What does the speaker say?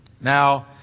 Now